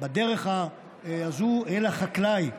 בדרך הזו אל החקלאי,